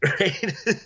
Right